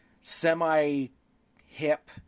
semi-hip